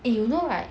eh you know right